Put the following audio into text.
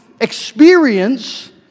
experience